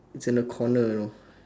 it's in a corner you know